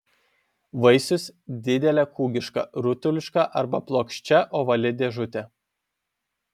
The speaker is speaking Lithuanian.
vaisius didelė kūgiška rutuliška arba plokščia ovali dėžutė